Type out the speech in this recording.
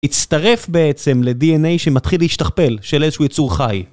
הצטרף בעצם לDNA שמתחיל להשתכפל, של איזשהו יצור חי.